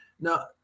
Now